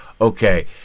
okay